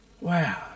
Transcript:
wow